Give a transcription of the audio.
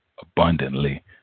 abundantly